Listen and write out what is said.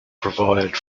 provide